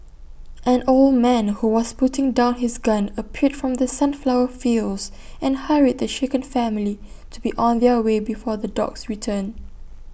an old man who was putting down his gun appeared from the sunflower fields and hurried the shaken family to be on their way before the dogs return